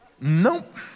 Nope